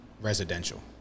residential